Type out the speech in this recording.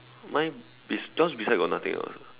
mine bes~ yours besides got nothing else ah